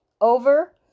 Over